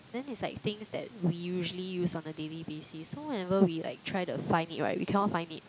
then it's like things that we usually use on the daily basis so whenever we like try to find it right we cannot find it